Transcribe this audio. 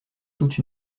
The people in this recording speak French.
toute